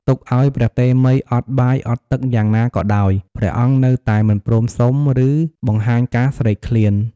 ទុកឱ្យព្រះតេមិយអត់បាយអត់ទឹកយ៉ាងណាក៏ដោយ ព្រះអង្គនៅតែមិនព្រមសុំ ឬបង្ហាញការស្រេកឃ្លាន។